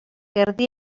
erdi